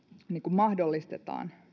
mahdollistetaan